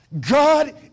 God